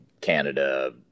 Canada